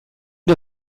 der